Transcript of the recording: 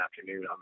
afternoon